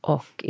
Och